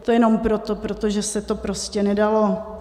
To jenom proto, protože se to prostě nedalo.